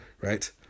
right